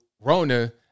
Rona